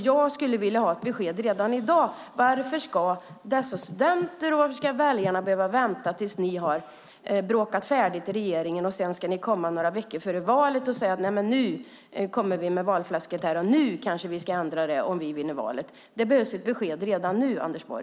Jag skulle redan i dag vilja ha besked om varför dessa studenter, och väljare, ska behöva vänta tills ni i regeringen bråkat färdigt. Sedan kommer ni några veckor före valet och säger: Nu kommer vi med valfläsket, nu kanske vi ändrar på det om vi vinner valet. Det behövs ett besked redan nu, Anders Borg.